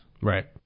Right